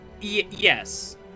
yes